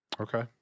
okay